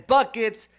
Buckets